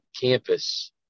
campus